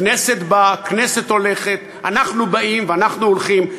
כנסת באה, כנסת הולכת, אנחנו באים ואנחנו הולכים.